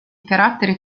carattere